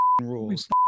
rules